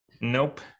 Nope